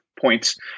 points